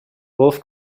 wolf